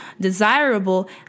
desirable